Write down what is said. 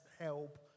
help